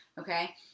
okay